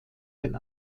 den